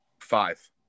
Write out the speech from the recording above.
five